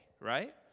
right